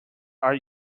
are